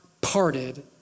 parted